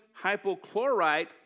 hypochlorite